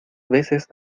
veces